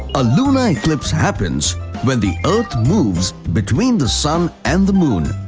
a lunar eclipse happens when the earth moves between the sun and the moon.